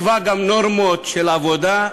גוף שיקבע גם נורמות של עבודה,